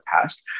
past